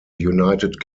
united